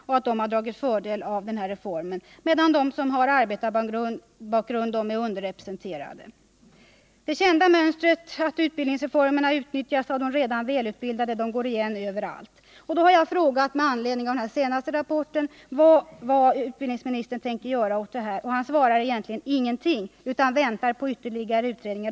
Dessa har dragit fördel av reformen, medan studerande med arbetarbakgrund är underrepresenterade. Det kända mönstret att utbildningsreformerna utnyttjas av de redan välutbildade går igen överallt. Med anledning av den här senaste rapporten har jag frågat utbildningsministern vad han tänker göra åt detta, och han svarar egentligen ingenting utan väntar på ytterligare utredningar.